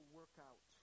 workout